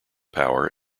power